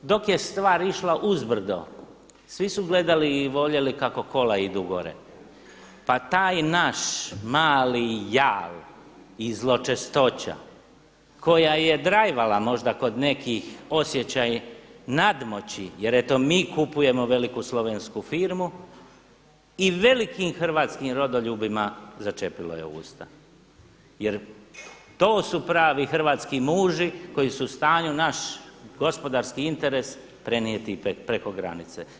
Dok je stvar išla uzbrdo svi su gledali i voljeli kako kola idu gore, pa taj naš mali jal i zločestoća koja je draivala možda kod nekih osjećaj nadmoći jer eto mi kupujemo veliku slovensku firmu i velikim hrvatskim rodoljubima začepilo je usta jer to su pravi hrvatski muži koji su u stanju naš gospodarski interes prenijeti preko granice.